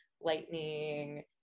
lightning